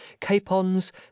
capons